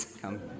Come